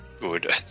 good